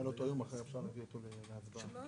הוראת שעה לשנות הכספים 2023 ו-2024.